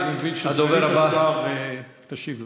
ואני מבין שסגנית השר תשיב לנו.